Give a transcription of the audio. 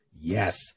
yes